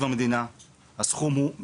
התקציב שהוקדש לתחום בקום המדינה הוא מזערי.